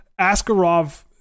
Askarov